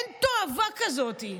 אין תועבה כזאת.